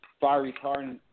fire-retardant